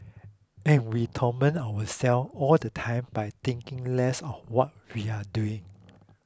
and we torment ourselves all the time by thinking less of what we're doing